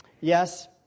Yes